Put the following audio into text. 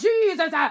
Jesus